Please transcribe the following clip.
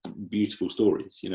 beautiful stories, you know